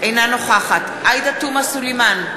אינה נוכחת עאידה תומא סלימאן,